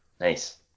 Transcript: Nice